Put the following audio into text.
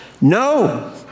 no